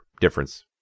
difference